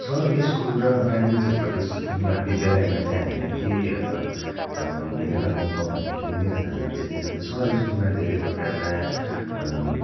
सहरको स्कुल र ग्रामीण क्षेत्रको स्कुलमा विद्यालयमा चाहिँ हामीलाई के भिन्नता पाउँछौँ भन्दाखेरि मेरो धारणा चाहिँ के छ भने सहर स्कुलमा धेरै प्रकारका